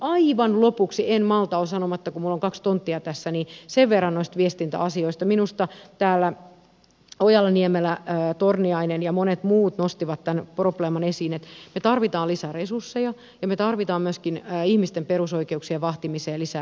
aivan lopuksi en malta olla sanomatta kun minulla on kaksi tonttia tässä sen verran noista viestintäasioista että minusta täällä ojala niemelä torniainen ja monet muut nostivat tämän probleeman esiin me tarvitsemme lisää resursseja ja me tarvitsemme myöskin ihmisten perusoikeuksien vahtimiseen lisää resursseja